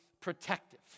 protective